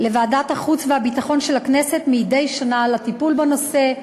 לוועדת החוץ והביטחון של הכנסת מדי שנה על הטיפול בנושא.